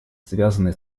связанные